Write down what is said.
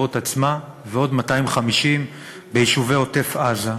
בשדרות עצמה ועוד 250 ביישובי עוטף-עזה,